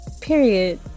period